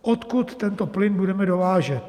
Odkud tento plyn budeme dovážet?